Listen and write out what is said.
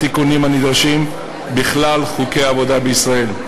התיקונים הנדרשים בכלל חוקי העבודה בישראל.